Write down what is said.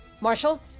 Marshall